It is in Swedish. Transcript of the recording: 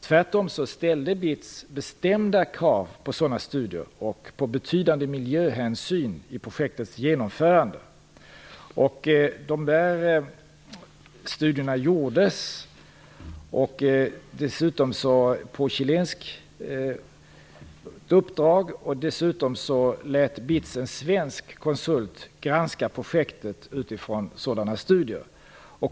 Tvärtom ställde BITS bestämda krav på sådana studier och på betydande miljöhänsyn i projektets genomförande. De studierna gjordes. På chilenskt uppdrag lät BITS dessutom en svensk konsult granska projektet utifrån sådana studier.